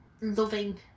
loving